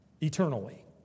eternally